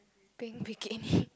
pink bikini